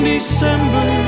December